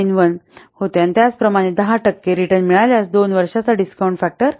9091 होते आणि त्याचप्रमाणे १० टक्के रिटर्न मिळाल्यास २ वर्षांचा डिस्काउंट फॅक्टर 1 बाय 1